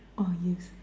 oh yes